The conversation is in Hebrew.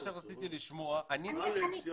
מה שרציתי לשמוע --- אלכס,